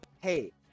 Hey